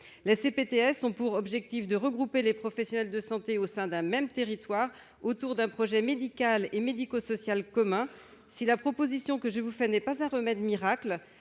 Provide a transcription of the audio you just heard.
Les CPTS ont pour objectif de regrouper les professionnels de santé au sein d'un même territoire autour d'un projet médical et médico-social commun. Si la proposition que je vous fais n'est pas un remède miracle,